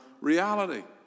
reality